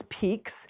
peaks